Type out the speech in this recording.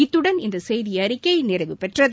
இத்துடன் இந்த செய்தி அறிக்கை நிறைவுப் பெற்றது